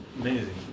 Amazing